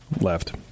Left